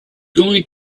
going